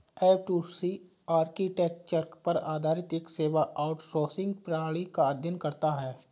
F two C architecture पर आधारित एक सेवा आउटसोर्सिंग प्रणाली का अध्ययन करता है